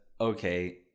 okay